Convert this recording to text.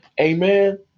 Amen